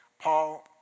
Paul